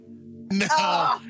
No